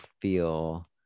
feel